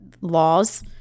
laws